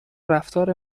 رفتار